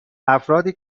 افرادی